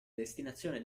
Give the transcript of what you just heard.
destinazione